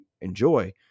enjoy